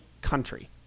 country